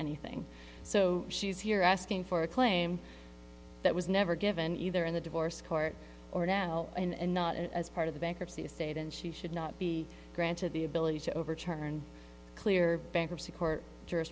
anything so she's here asking for a claim that was never given either in the divorce court or now and not as part of the bankruptcy estate and she should not be granted the ability to overturn clear bankruptcy court ju